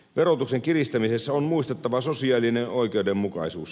verotuksen kiristämisessä on muistettava sosiaalinen oikeudenmukaisuus